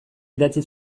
idatzi